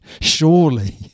surely